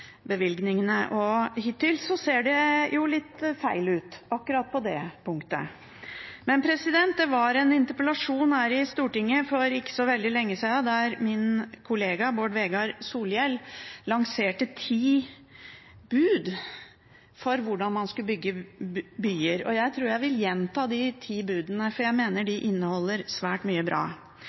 ser det litt feil ut akkurat på det punktet. Det var en interpellasjon her i Stortinget for ikke så veldig lenge sida der min kollega Bård Vegar Solhjell lanserte ti bud for hvordan man skulle bygge byer. Jeg tror jeg vil gjenta de ti budene, for jeg mener de inneholder svært mye bra.